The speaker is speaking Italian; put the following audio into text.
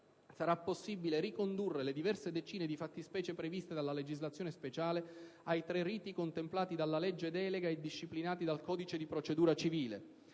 sarà possibile ricondurre le diverse decine di fattispecie previste dalla legislazione speciale ai tre riti contemplati dalla legge delega e disciplinati dal codice di procedura civile.